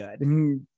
good